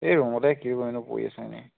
এ ৰুমতে কি কৰিমনো পৰি আছোঁ এনে